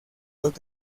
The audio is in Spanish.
los